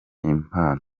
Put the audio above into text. impano